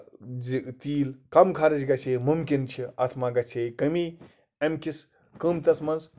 زِ تیٖل کَم خرچ گژھِ ہے مُمکِن چھ اَتھ مہ گژِ ہے کٔمی اَمہِ کِس قۭمتَس منٛز